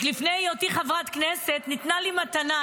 לפני היותי חברת כנסת ניתנה לי מתנה,